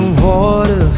water